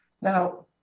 Now